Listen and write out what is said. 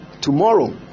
tomorrow